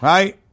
Right